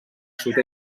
sud